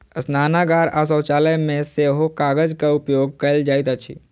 स्नानागार आ शौचालय मे सेहो कागजक उपयोग कयल जाइत अछि